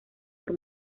por